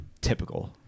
typical